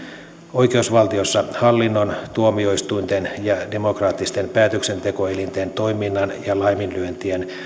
oikeusvaltiossa hallinnon tuomioistuinten ja demokraattisten päätöksentekoelinten toiminnan ja laiminlyöntien